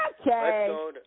Okay